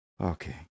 Okay